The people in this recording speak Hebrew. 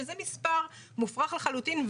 שזה מספר מופרך לחלוטין,